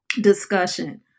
discussion